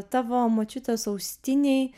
tavo močiutės austiniai